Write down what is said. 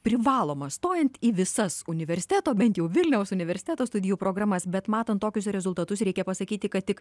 privalomas stojant į visas universiteto bent jau vilniaus universiteto studijų programas bet matant tokius rezultatus reikia pasakyti kad tik